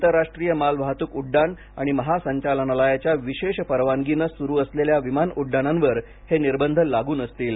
आंतरराष्ट्रीय मालवाहतूक उड्डाण आणि महासंचालनालयाच्या विशेष परवानगीने सुरू असलेल्या विमान उड्डाणांवर हे निर्बंध लागू नसतील